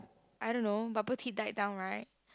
I don't know bubble tea died down right